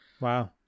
wow